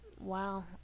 wow